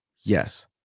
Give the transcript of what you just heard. Yes